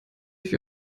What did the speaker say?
ich